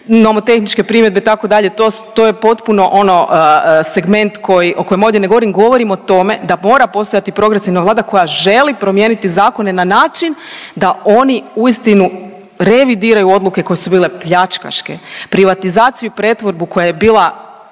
Nomotehničke primjedbe itd. to je potpuno ono segment koji, o kojem ovdje ne govorim, govorim o tome da mora postojati progresivna vlada koja želi promijeniti zakone na način da oni uistinu revidiraju odluke koje su bile pljačkaške. Privatizaciju i pretvorbu koja je bila